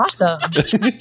awesome